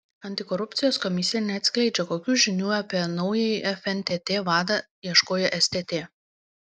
antikorupcijos komisija neatskleidžia kokių žinių apie naująjį fntt vadą ieškojo stt